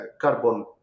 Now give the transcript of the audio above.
carbon